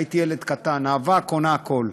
הייתי ילד קטן, האהבה קונה הכול.